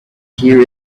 here